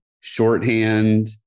shorthand